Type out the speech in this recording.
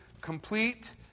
complete